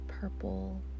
purple